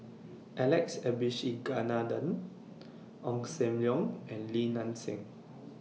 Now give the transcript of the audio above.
Alex Abisheganaden Ong SAM Leong and Li Nanxing